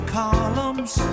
columns